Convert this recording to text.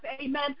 Amen